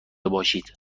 باشید